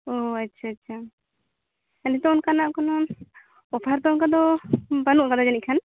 ᱚᱸᱻ ᱟᱪᱪᱷᱟ ᱟᱪᱪᱷᱟ ᱱᱤᱛᱚᱜ ᱚᱱᱠᱟᱱᱟᱜ ᱠᱚᱱᱚ ᱚᱯᱷᱟᱨ ᱫᱚ ᱚᱱᱠᱟ ᱫᱚ ᱵᱟᱹᱱᱩᱜ ᱟᱠᱟᱫᱟ ᱡᱟᱹᱱᱤᱡ ᱠᱷᱟᱱ